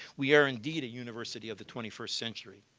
we are indeed a university of the twenty first century.